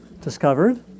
discovered